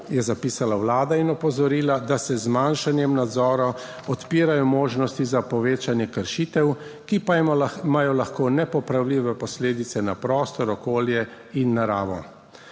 je zapisala Vlada in opozorila, da se z zmanjšanjem nadzora odpirajo možnosti za povečanje kršitev, ki pa imajo lahko nepopravljive posledice na prosto okolje in naravo.